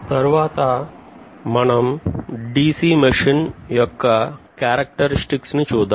తరువాత మనం DC machine యొక్క క్యారెక్టర్స్టిక్స్ ను చూద్దాం